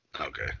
Okay